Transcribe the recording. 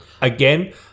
Again